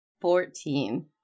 Fourteen